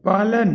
पालन